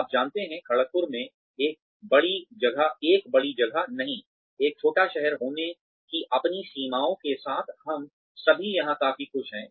आप जानते हैं खड़गपुर में एक बड़ी जगह नहीं एक छोटा शहर होने की अपनी सीमाओं के साथ हम सभी यहां काफी खुश हैं